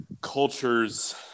cultures